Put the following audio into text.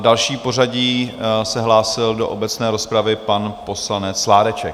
Další v pořadí se hlásil do obecné rozpravy pan poslanec Sládeček.